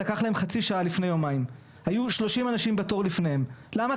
לקח להם חצי שעה לפני יומיים היו 30 אנשים בתור לפניה למה?